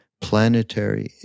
Planetary